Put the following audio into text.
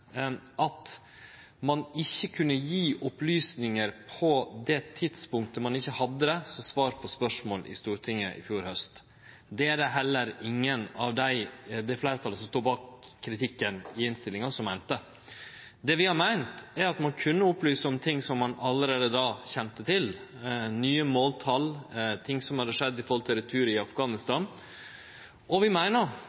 at ein ikkje kunne gje opplysningar på det tidspunktet ein ikkje hadde desse – som svar på spørsmål i Stortinget i fjor haust. Det er det heller ingen frå det fleirtalet som står bak kritikken i innstillinga, som meiner. Det vi har meint, er at ein kunne ha opplyse om ting ein allereie då kjende til: nye måltal, ting som hadde skjedd når det gjaldt retur